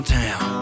town